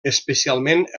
especialment